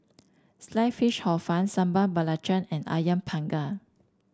Sliced Fish Hor Fun Sambal Belacan and ayam Panggang